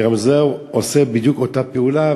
ורמזור עושה בדיוק אותה פעולה.